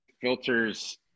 filters